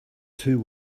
two